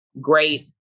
great